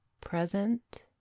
Present